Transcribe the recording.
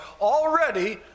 already